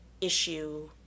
issue